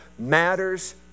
matters